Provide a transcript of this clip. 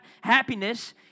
happiness